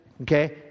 okay